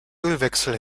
ölwechsel